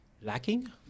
lacking